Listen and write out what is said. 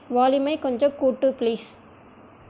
வால்யூமை கொஞ்சம் கூட்டு ப்ளீஸ்